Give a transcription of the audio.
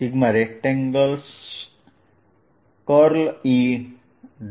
Rect